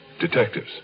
Detectives